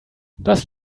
das